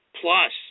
plus